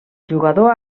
jugador